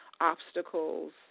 obstacles